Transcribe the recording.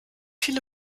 viele